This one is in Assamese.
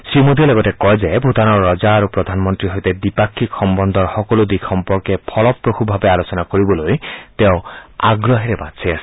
শ্ৰীমোদীয়ে লগতে কয় যে ভূটানৰ ৰজা আৰু প্ৰধানমন্ত্ৰীৰ সৈতে দ্বিপাক্ষিক সম্বন্ধৰ সকলো দিশ সম্পৰ্কে ফলপ্ৰসুভাৱে আলোচনা কৰিবলৈ তেওঁ আগ্ৰহেৰে বাট চাই আছে